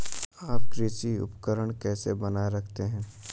आप कृषि उपकरण कैसे बनाए रखते हैं?